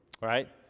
right